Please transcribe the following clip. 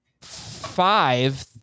five